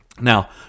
Now